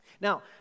Now